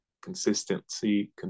consistency